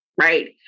Right